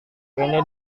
ini